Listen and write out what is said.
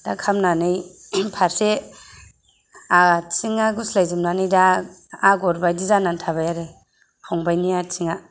दा खामनानै फारसे आथिंआ गुस्लाय जोबनानै दा आगर बादि जानानै थाबाय आरो फंबाइनि आथिंआ